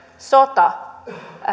sota